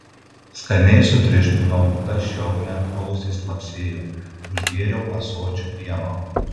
skaniai sutriuškinau tašiau net ausys lapsėjo užgėriau ąsočiu pieno